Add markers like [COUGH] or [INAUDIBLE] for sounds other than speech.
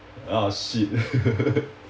ah shit [LAUGHS]